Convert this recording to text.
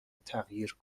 تغییر